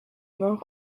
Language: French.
vins